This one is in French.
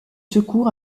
secours